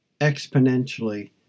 exponentially